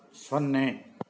ಸೊನ್ನೆ